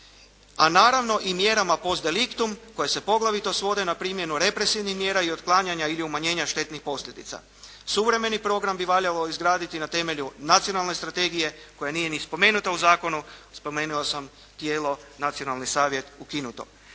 A naravno i mjerama post delictum koje se poglavito svode na primjenu represivnih mjera i otklanjanja ili umanjenja štetnih posljedica. Suvremeni program bi valjalo izgraditi na temelju nacionalne strategije koja nije ni spomenuta u zakonu. Spomenuo sam tijelo nacionalni savjet ukinuto.